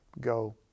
go